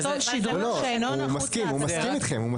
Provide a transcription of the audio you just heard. הוא מסכים איתכם.